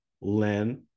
Len